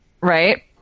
Right